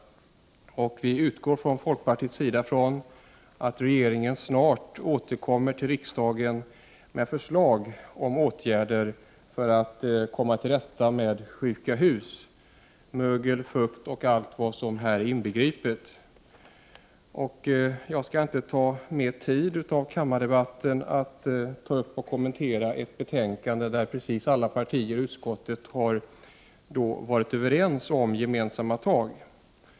Från folkpartiets sida utgår vi från att regeringen snart återkommer till riksdagen med förslag om åtgärder för att komma till rätta med sjuka hus — mögel, fukt och allt annat som häri inbegrips. Jag skall inte uppta mer av debattiden med att kommentera ett betänkande där alla partier i utskottet har varit överens om gemensamma tag.